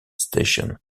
station